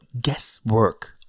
guesswork